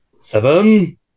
Seven